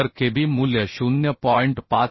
तर kb मूल्य 0